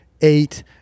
eight